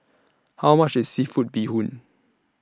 How much IS Seafood Bee Hoon